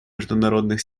международных